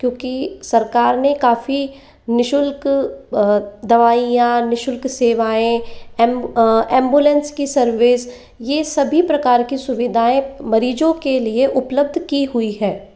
क्योंकि सरकार ने काफ़ी निशुल्क दवाइयाँ निशुल्क सेवाएं एम्बूलेंस की सर्विस ये सभी प्रकार की सुविधाएं मरीजों के लिए उपलब्ध की हुई है